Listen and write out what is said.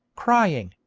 crying,